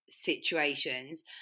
situations